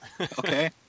Okay